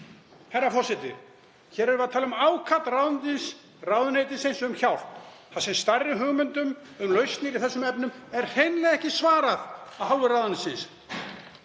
Herra forseti. Hér erum við að tala um ákall ráðuneytisins um hjálp þar sem stærri hugmyndum um lausnir í þessum efnum er hreinlega ekki svarað af hálfu ráðuneytisins.